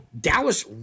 Dallas